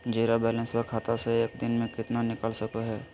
Zero balance खाता से एक दिन में कितना निकाल सको है?